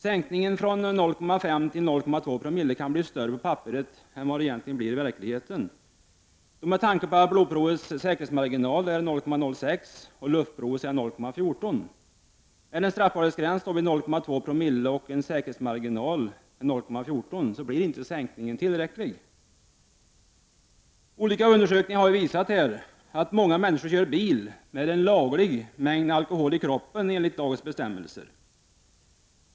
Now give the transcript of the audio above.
Sänkningen från 0,5 till 0,2 Zo kan bli större på papperet än i verkligheten med tanke på att blodprovets säkerhetsmarginal är 0,06 co och luftprovets är 0,14 Zo. Med en straffbarhetsgräns vid 0,2 Zo och en säkerhetsmarginal med 0,14 oo blir inte sänkningen tillräcklig. Olika undersökningar har visat att många människor kör bil med ”laglig” mängd alkohol i kroppen enligt dagens bestämmelser.